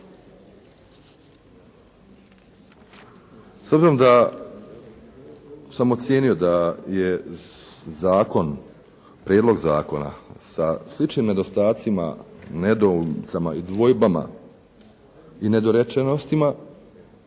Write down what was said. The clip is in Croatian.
S obzirom da sam ocijenio da je zakon, prijedlog zakona sa sličnim nedostacima, nedoumicama i dvojbama i nedorečenostima